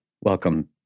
welcome